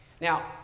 Now